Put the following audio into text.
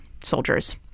soldiers